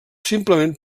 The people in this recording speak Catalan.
simplement